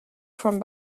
from